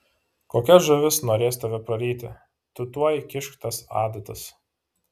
kokia žuvis norės tave praryti tu tuoj kišk tas adatas